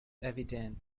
evident